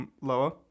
lower